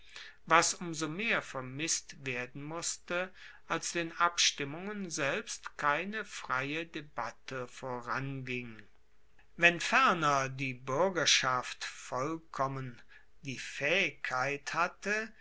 was um so mehr vermisst werden musste als den abstimmungen selbst keine freie debatte voranging wenn ferner die buergerschaft vollkommen die faehigkeit hatte